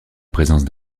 présence